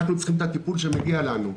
אנחנו צריכים את הטיפול שמגיע לנו.